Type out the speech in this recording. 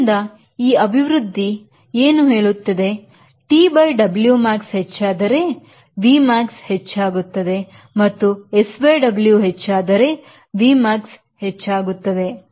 ಆದ್ದರಿಂದ ಈ ಅಭಿವ್ಯಕ್ತಿ ಏನು ಹೇಳುತ್ತಿದೆ T Wmax ಹೆಚ್ಚಾದರೆ Vmax ಹೆಚ್ಚಾಗುತ್ತದೆ ಮತ್ತು SW ಹೆಚ್ಚಾದರೆ Vmax ಹೆಚ್ಚಾಗುತ್ತದೆ